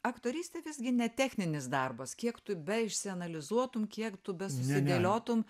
aktorystė visgi netechninis darbas kiek tu beišsianalizuotum kiek tu besusidėliotum